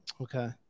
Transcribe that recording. Okay